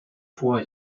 vor